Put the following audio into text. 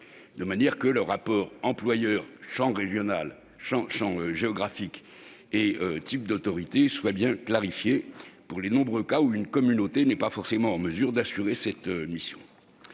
de sorte que le rapport entre employeur, champ géographique et type d'autorité soit bien clarifié, pour les cas, nombreux, où une communauté n'est pas en mesure d'assurer cette mission.